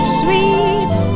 sweet